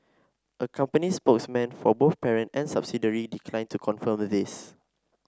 a company spokesman for both parent and subsidiary declined to confirm this